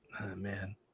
Man